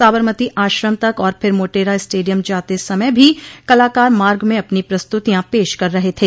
साबरमती आश्रम तक और फिर मोटेरा स्टेडियम जाते समय भी कलाकार मार्ग में अपनी प्रस्त्रतियां पेश कर रहे थे